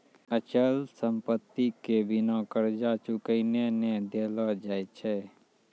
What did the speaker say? अचल संपत्ति के बिना कर्जा चुकैने नै देलो जाय छै